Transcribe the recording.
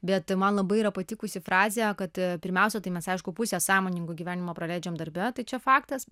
bet man labai yra patikusi frazė kad pirmiausia tai mes aišku pusę sąmoningo gyvenimo praleidžiam darbe tai čia faktas